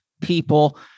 people